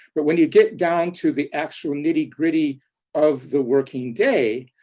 but when you get down to the actual nitty gritty of the working day,